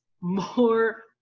more